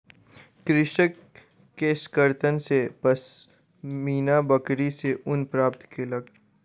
कृषक केशकर्तन सॅ पश्मीना बकरी सॅ ऊन प्राप्त केलक